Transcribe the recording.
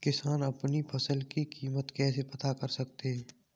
किसान अपनी फसल की कीमत कैसे पता कर सकते हैं?